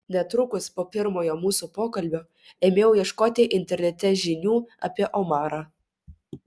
netrukus po pirmojo mūsų pokalbio ėmiau ieškoti internete žinių apie omarą